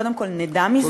קודם כול נדע מזה,